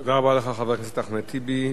תודה רבה לך, חבר הכנסת אחמד טיבי.